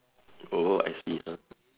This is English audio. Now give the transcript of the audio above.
oh I see